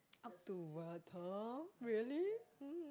up to really mmhmm